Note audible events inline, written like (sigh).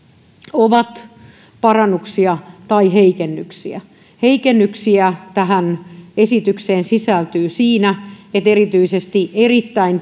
ovat parannuksia tai heikennyksiä heikennyksiä tähän esitykseen sisältyy siinä että erityisesti erittäin (unintelligible)